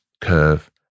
curve